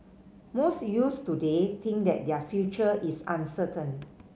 most youths today think that their future is uncertain